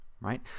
right